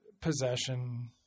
Possession